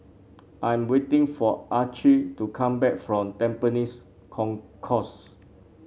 I am waiting for Archie to come back from Tampines Concourse